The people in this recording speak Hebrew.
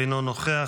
אינו נוכח,